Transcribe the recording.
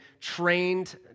trained